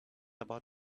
about